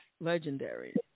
Legendary